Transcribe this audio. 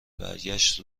برگشت